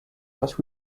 was